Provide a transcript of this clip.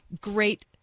Great